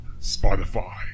Spotify